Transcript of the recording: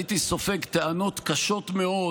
הייתי סופג טענות קשות מאוד